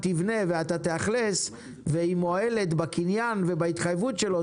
תבנה ואתה תאכלס והיא מועלת בקניין ובהתחייבות שלו,